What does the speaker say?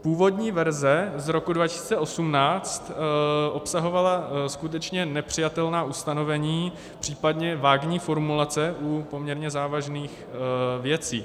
Původní verze z roku 2018 obsahovala skutečně nepřijatelná ustanovení, případně vágní formulace u poměrně závažných věcí.